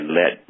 let